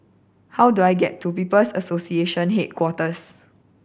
how do I get to People's Association Headquarters